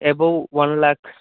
above one lac